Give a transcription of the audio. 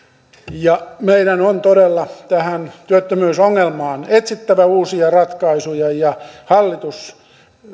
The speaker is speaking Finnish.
meidän on todella tähän työttömyysongelmaan etsittävä uusia ratkaisuja ja hallitus